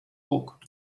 book